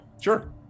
Sure